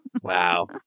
Wow